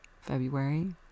February